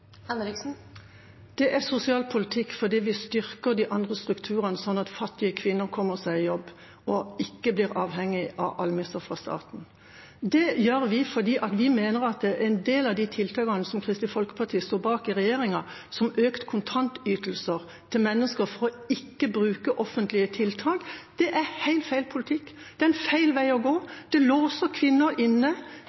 Det er sosial politikk fordi vi styrker de andre strukturene, sånn at fattige kvinner kommer seg i jobb og ikke blir avhengig av almisser fra staten. Det gjør vi fordi vi mener at en del av de tiltakene som Kristelig Folkeparti står bak i regjeringa, som økte kontantytelser til mennesker for ikke å bruke offentlige tiltak, er helt feil politikk, det er en feil vei å gå.